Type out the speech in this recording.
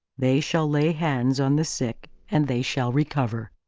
they shall lay hands on the sick, and they shall recover.